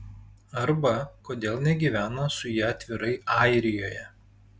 arba kodėl negyvena su ja atvirai airijoje